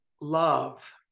love